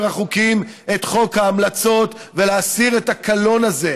החוקים את חוק ההמלצות ולהסיר את הקלון הזה,